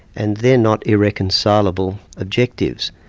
and they're not irreconcilable objectives.